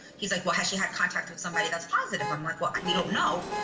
he's like, well, has she had contact with somebody that's positive? i'm like, well, we don't know.